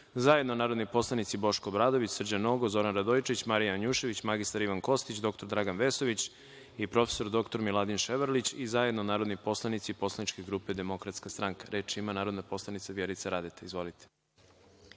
zajedno narodni poslanici Boško Obradović, Srđan Nogo, Zoran Radojičić, Marija Janjušević, mr. Ivan Kostić, dr Dragan Vesović i prof. dr Miladin Ševrlić i zajedno narodni poslanici Poslaničke grupe DS.Reč ima narodni poslanica Vjerica Radeta. Izvolite.